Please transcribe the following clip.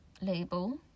label